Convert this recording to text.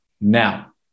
now